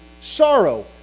sorrow